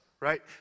right